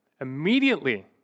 Immediately